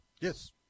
Yes